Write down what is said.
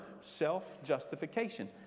self-justification